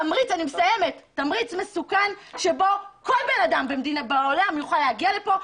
תמריץ מסוכן שבו כל בן אדם בעולם יוכל להגיע לפה,